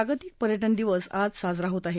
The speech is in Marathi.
जागतिक पर्यटन दिवस आज साजरा होत आहे